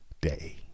day